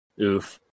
Oof